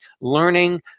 learning